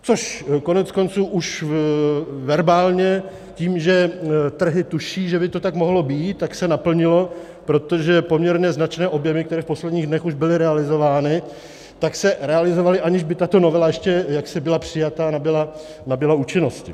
Což koneckonců už verbálně tím, že trhy tuší, že by to tak mohlo být, tak se naplnilo, protože poměrně značné objemy, které v posledních dnech už byly realizovány, se realizovaly, aniž by tato novela ještě byla přijata, nabyla účinnosti.